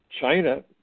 China